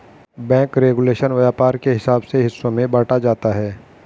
bank regulation व्यापार के हिसाब से हिस्सों में बांटा जाता है